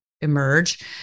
emerge